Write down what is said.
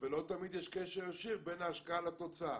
ולא תמיד יש קשר ישיר בין ההשקעה לתוצאה.